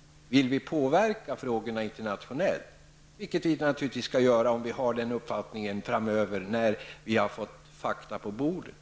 Om vi vill påverka frågorna internationellt, vilket vi naturligtvis skall göra om vi har denna uppfattning framöver när vi har fått fakta på bordet,